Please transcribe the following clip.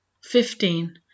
Fifteen